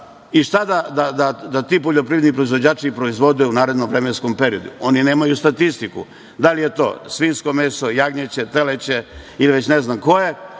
šta da ti poljoprivredni proizvođači proizvode u narednom vremenskom periodu. Oni nemaju statistiku. Da li je to svinjsko meso, jagnjeće, teleće ili već ne znam koje,